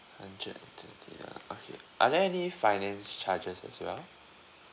hundred and thirty ah okay are there any finance charges as well